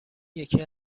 یکی